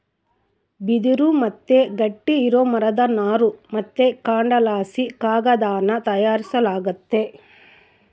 ಬಿದಿರು ಮತ್ತೆ ಗಟ್ಟಿ ಇರೋ ಮರದ ನಾರು ಮತ್ತೆ ಕಾಂಡದಲಾಸಿ ಕಾಗದಾನ ತಯಾರಿಸಲಾಗ್ತತೆ